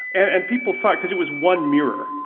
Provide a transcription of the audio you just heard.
and people thought, because it was one mirror,